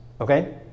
Okay